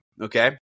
Okay